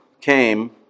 came